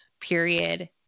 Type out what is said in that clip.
period